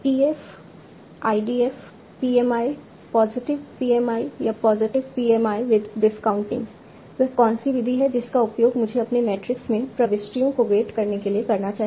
TF IDF PMI positive PMI या positive PMI with discounting वह कौन सी विधि है जिसका उपयोग मुझे अपने मैट्रिक्स में प्रविष्टियों को वेट करने के लिए करना चाहिए